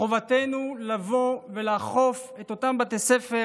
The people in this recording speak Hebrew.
מחובתנו לבוא ולאכוף את אותם בתי ספר